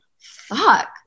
fuck